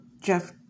Jeff